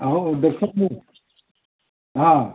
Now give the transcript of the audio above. ହଉ ଦେଖନ୍ତୁ ହଁ